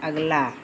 अगला